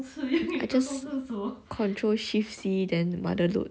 I just control shift C then mother load